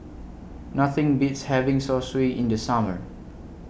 Nothing Beats having Zosui in The Summer